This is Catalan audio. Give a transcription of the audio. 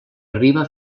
arriba